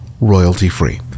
royalty-free